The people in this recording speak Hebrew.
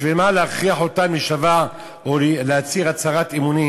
בשביל מה להכריח אותם להישבע או להצהיר הצהרת אמונים